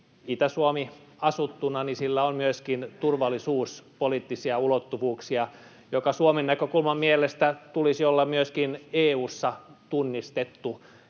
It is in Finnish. Itä-Suomi asuttuna, on myöskin turvallisuuspoliittisia ulottuvuuksia, minkä Suomen näkökulmasta tulisi olla myöskin EU:ssa tunnistettu